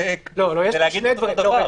זה להגיד את אותו דבר.